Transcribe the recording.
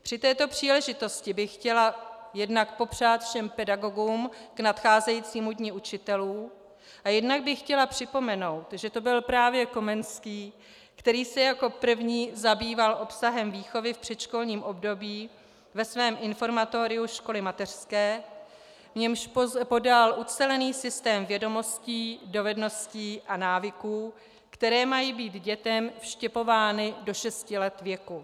Při této příležitosti bych chtěla jednak popřát všem pedagogům k nadcházejícímu Dni učitelů a jednak bych chtěla připomenout, že to byl právě Komenský, který se jako první zabýval obsahem výchovy v předškolním období ve svém Informatoriu školy mateřské, v němž podal ucelený systém vědomostí, dovedností a návyků, které mají být dětem vštěpovány do šesti let věku.